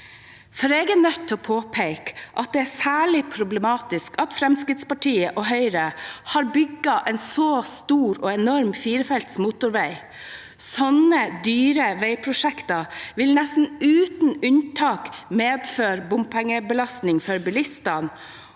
Jeg er nødt til å påpeke at det er særlig problematisk at Fremskrittspartiet og Høyre har bygget en så stor og enorm firefelts motorvei. Sånne dyre veiprosjekter vil nesten uten unntak medføre bompengebelastning for bilistene,